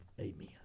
Amen